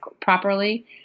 properly